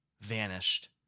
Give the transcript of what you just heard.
vanished